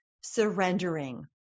surrendering